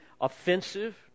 offensive